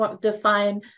define